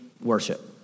worship